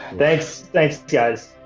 thanks, thanks guys.